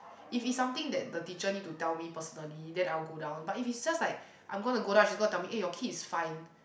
if is something that the teacher need to tell me personally then I will go down but if it's just like I am going to go down and she's going to tell me eh your kid is fine